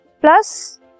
plus